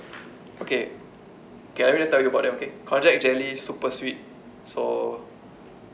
okay can I really tell you about them okay konjac jelly super sweet so